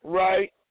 right